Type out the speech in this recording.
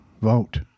vote